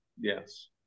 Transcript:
yes